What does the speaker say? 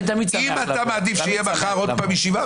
אתה מעדיף שתהיה מחר עוד ישיבה,